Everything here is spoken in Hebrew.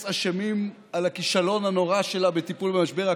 אשמים לכישלון הנורא שלה בטיפול במשבר הקורונה.